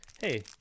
hey